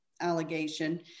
allegation